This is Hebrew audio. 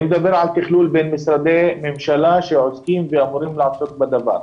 אני מדבר על תכלול בין משרדי הממשלה שעוסקים ואמורים לעסוק בדבר.